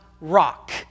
rock